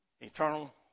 eternal